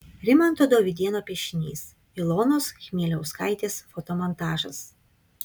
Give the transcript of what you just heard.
rimanto dovydėno piešinys ilonos chmieliauskaitės fotomontažas